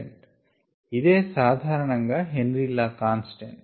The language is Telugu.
ఇదే సాధారణంగా హె న్రి లా కాన్స్టెంట్